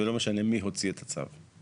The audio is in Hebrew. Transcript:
ולא משנה מי הוציא את הצו.